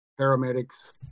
paramedics